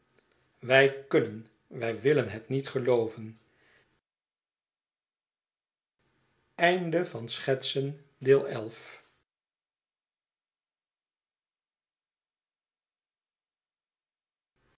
wij kunnen wij willen het niet gelooven